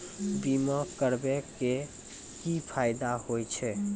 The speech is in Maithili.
बीमा करबै के की फायदा होय छै?